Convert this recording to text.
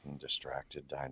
distracted